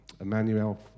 Emmanuel